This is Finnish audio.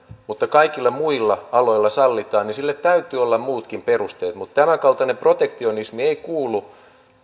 mutta kaikilla muilla aloilla sallitaan niin sille täytyy olla muutkin perusteet tämänkaltainen protektionismi ei kuulu